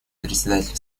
председателя